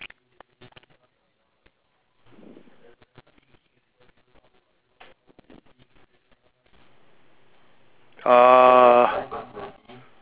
err